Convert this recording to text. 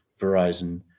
Verizon